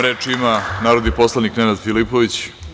Reč ima narodni poslanik Nenad Filipović.